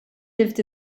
lived